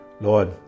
Lord